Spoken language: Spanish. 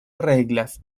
reglas